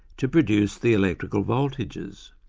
to produce the electrical voltages.